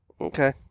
Okay